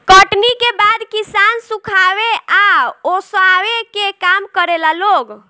कटनी के बाद किसान सुखावे आ ओसावे के काम करेला लोग